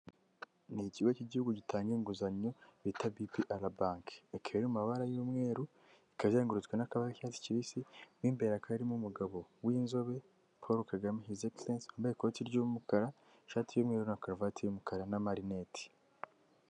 Ni ikigo k'igihugu gitanga inguzanyo bita bipi ara banki ikaba airi mu mabara y'umweru, ikaba izengurutswe n'akabara k'icyatsi kibisi, mo imbere hakaba harimo umugabo w'inzobe, Paul Kagame hizi egiserensi wambaye ikoti ry'umukara ishati y'umweruru na karuvati y'umukara n'amarineti.